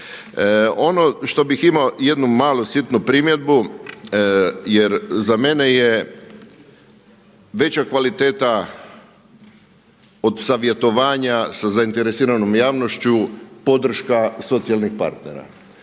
Ono što bih imao jednu malu sitnu primjedbu jer za mene je veća kvaliteta od savjetovanja sa zainteresiranom javnošću podrška socijalnih partnera.